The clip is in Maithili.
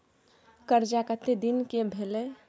कर्जा कत्ते दिन के भेलै?